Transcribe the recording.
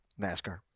NASCAR